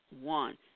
one